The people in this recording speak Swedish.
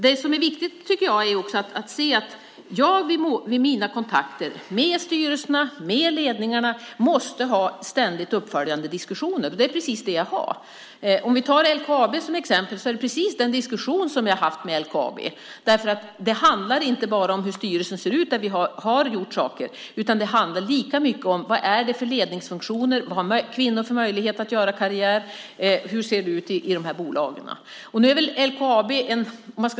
Det viktiga är att se att jag i mina kontakter med styrelserna och med ledningarna måste ha ständiga uppföljande diskussioner, och det är precis det jag har. Om vi tar LKAB som exempel är det precis denna diskussion som jag har fört med företaget. Det handlar inte bara om hur styrelser ser ut där vi har gjort saker, utan det handlar lika mycket om vilka ledningsfunktioner som finns, vilka möjligheter kvinnor har att göra karriär och hur det ser ut i bolagen.